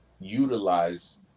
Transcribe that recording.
utilize